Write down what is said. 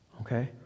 Okay